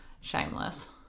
shameless